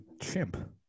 chimp